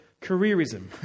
careerism